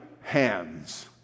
hands